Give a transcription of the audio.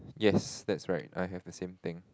yes that's right I have the same thing